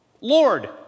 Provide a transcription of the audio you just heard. Lord